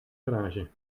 garage